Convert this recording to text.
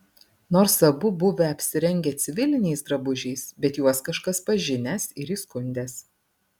nors abu buvę apsirengę civiliniais drabužiais bet juos kažkas pažinęs ir įskundęs